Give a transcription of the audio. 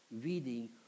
reading